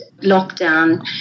lockdown